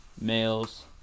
males